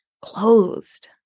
closed